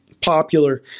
popular